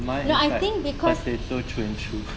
no I think because